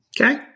Okay